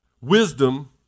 wisdom